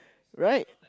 right